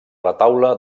retaule